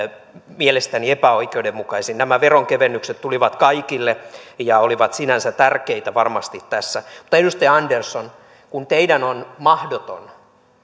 mielestäni epäoikeudenmukaisin kohta nämä veronkevennykset tulivat kaikille ja olivat sinänsä tärkeitä varmasti tässä mutta edustaja andersson kun teidän on mahdoton